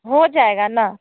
हो जाएगा ना